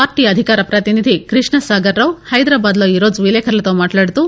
party అధికార ప్రతినిధి కృష్ణసాగర్ రావు హైదరాబాద్ లో ఈరోజు విలేకరులతో మట్లాడుతూ